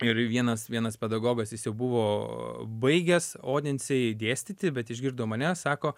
ir vienas vienas pedagogas jis jau buvo baigęs odensėj dėstyti bet išgirdo mane sako